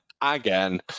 again